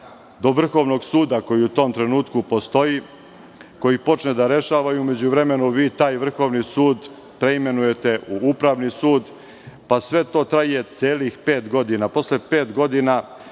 do Vrhovnog suda koji u tom trenutku postoji, koji počne da rešava i u međuvremenu vi taj vrhovni sud preimenujete u Upravni sud, pa sve to traje celih pet godina.